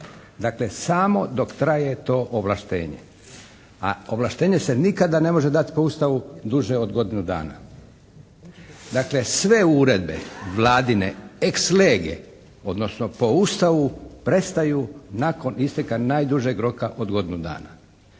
Dakle, samo dok traje to ovlaštenje, a ovlaštenje se nikada ne može dati po Ustavu duže od godinu dana. Dakle, sve uredbe Vladine ex lege, odnosno po Ustavu prestaju nakon isteka najdužeg roka od godinu dana,